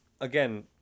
Again